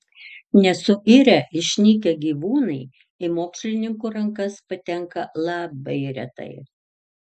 nesuirę išnykę gyvūnai į mokslininkų rankas patenka labai retai